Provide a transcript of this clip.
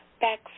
back